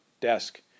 desk